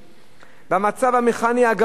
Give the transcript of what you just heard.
במצב המכני הגרוע שלהם.